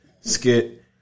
skit